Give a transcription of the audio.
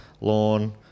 lawn